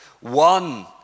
One